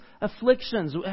afflictions